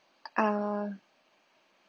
uh